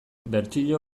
bertsio